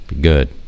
good